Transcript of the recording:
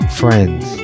friends